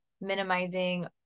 minimizing